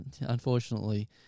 unfortunately